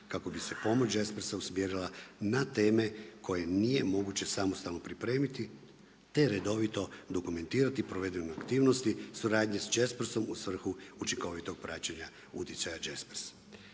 kako bi se pomoć Jaspersa usmjerila na teme koje nije moguće samostalno pripremiti, te redovito dokumentirati provedene aktivnosti, suradnje s Jaspersom u svrhu učinkovitog praćenja utjecaja Jaspers.